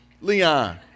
Leon